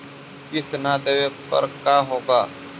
किस्त न देबे पर का होगा?